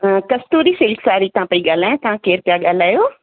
हा कस्तूरी सेल साड़ी था पेई ॻाल्हायां तव्हां केरु पिया ॻाल्हायो